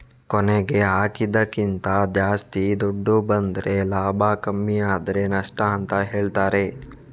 ಕೊನೆಗೆ ಹಾಕಿದ್ದಕ್ಕಿಂತ ಜಾಸ್ತಿ ದುಡ್ಡು ಬಂದ್ರೆ ಲಾಭ ಕಮ್ಮಿ ಆದ್ರೆ ನಷ್ಟ ಅಂತ ಹೇಳ್ತಾರೆ